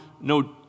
no